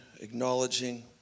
acknowledging